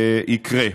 יקרה.